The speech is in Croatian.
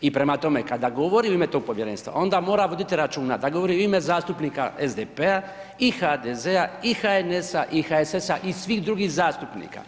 I prema tome kada govori u ime tom povjerenstva onda mora voditi računa da govori u ime zastupnika SDP-a i HDZ-a i HNS-a i HSS-a i svih drugih zastupnika.